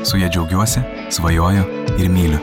su ja džiaugiuosi svajoju ir myliu